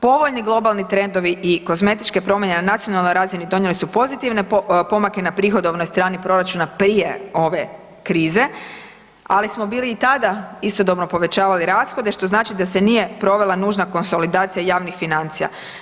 Povoljni globalni trendovi i kozmetičke promjene na nacionalnoj razini donijeli su pozitivne pomake na prihodovnoj strani proračuna prije ove krize, ali smo bili i tada istodobno povećavali rashode što znači da se nije provela nužna konsolidacija javnih financija.